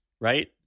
Right